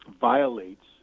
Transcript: violates